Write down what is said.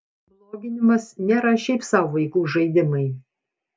bloginimas nėra šiaip sau vaikų žaidimai